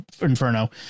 inferno